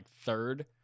third